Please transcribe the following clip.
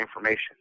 information